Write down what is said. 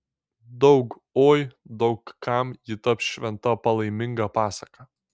daug oi daug kam ji taps šventa palaiminga pasaka